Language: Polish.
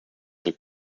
się